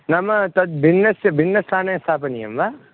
नाम तद् भिन्नस्य भिन्नस्थाने स्थापनीयं वा